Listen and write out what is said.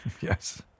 Yes